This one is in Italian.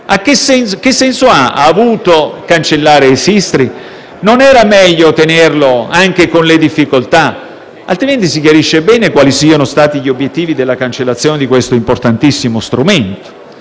che senso ha avuto cancellare il SISTRI? Non sarebbe stato meglio tenerlo in piedi, anche se con difficoltà? Altrimenti, si chiarisce bene quali siano stati gli obiettivi della cancellazione di questo importantissimo strumento.